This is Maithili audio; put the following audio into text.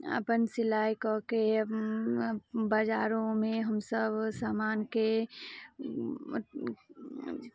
अपन सिलाइ कऽ के बजारोमे हमसब समानके